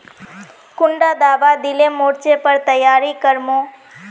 कुंडा दाबा दिले मोर्चे पर तैयारी कर मो?